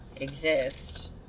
exist